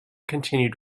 continued